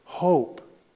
Hope